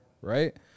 right